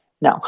no